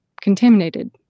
contaminated